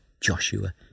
Joshua